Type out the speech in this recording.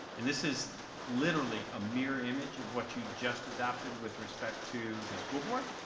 and this is literally a mirror image of what you just adopted with respect to the school board,